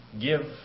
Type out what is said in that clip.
give